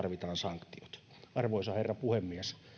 tarvitaan sanktiot arvoisa herra puhemies